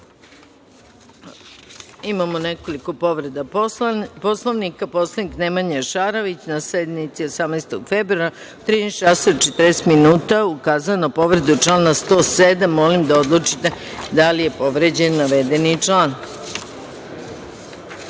nekoliko povreda Poslovnika. Poslanik Nemanja Šarović, na sednici 18. februara, u 13.40 časova, ukazao je na povredu člana 107.Molim da odlučite da li je povređen navedeni